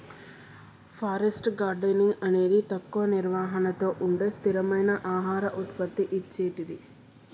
forest gardening అనేది తక్కువ నిర్వహణతో ఉండే స్థిరమైన ఆహార ఉత్పత్తి ఇచ్చేటిది